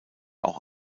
auch